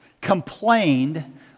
complained